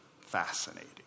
fascinating